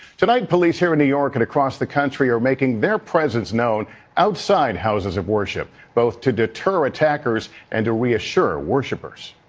tonight police here in new york and across the country are making their presence known outside houses of worship to detour attackers and reassure worshippers.